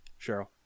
Cheryl